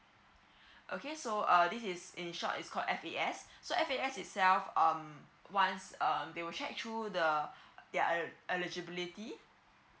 okay so uh this is in short is called F_A_S so F_A_S itself um once um they will check through the their e~ eligibility